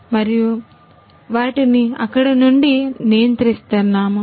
మరియు మేము వాటిని అక్కడ నుండి నియంత్రిస్తాము